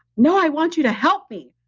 no, i want you to help me.